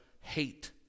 hate